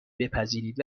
بپذیرید